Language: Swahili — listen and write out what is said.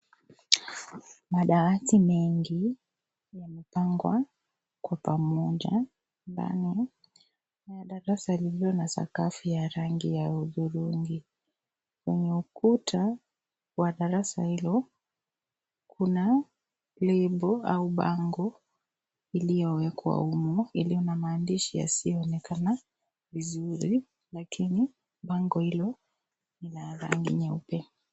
Madawati mengi, yamepangwa kwa pamoja, ndani ya darasa lililo na sakafu ya rangi ya udhurungi. Kwenye ukuta wa darasa hilo, kuna lebo au bango iliyowekwa humo, iliyo na maandishi yasiyoonekana vizuri lakini bango hilo ni la rangi nyeupe.